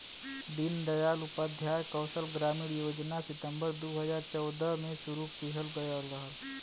दीन दयाल उपाध्याय कौशल ग्रामीण योजना सितम्बर दू हजार चौदह में शुरू किहल गयल रहल